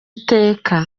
iteka